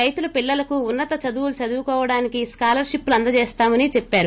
రైతుల పిల్లలకు ఉన్నత చదువులు చదువుకోడానికి స్కాలర్షిప్లు అందజేస్తామని చెప్పారు